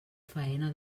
faena